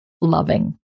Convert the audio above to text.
loving